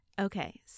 Okay